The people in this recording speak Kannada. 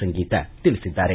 ಸಂಗೀತಾ ತಿಳಿಸಿದ್ದಾರೆ